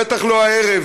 בטח לא הערב,